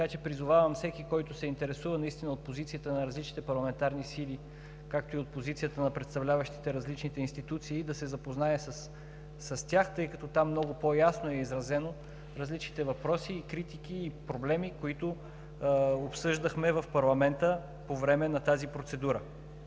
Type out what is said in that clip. така че призовавам всеки, който се интересува наистина от позицията на различните парламентарни сили, както и от позицията на представляващите различните институции, да се запознае с тях, тъй като там много по-ясно са изразени различните въпроси, критики и проблеми, които обсъждахме в парламента по време на тази процедура.